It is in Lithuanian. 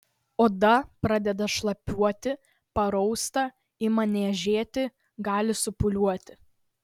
oda pradeda šlapiuoti parausta ima niežėti gali supūliuoti